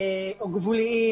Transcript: או גבוליים,